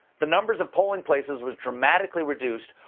the numbers of polling places was dramatically reduced,